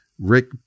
Rick